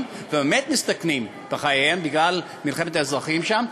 ובאמת מסתכנים בחייהם בגלל מלחמת האזרחים שם.